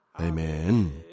Amen